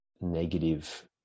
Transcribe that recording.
negative